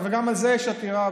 גם על זה יש עתירה,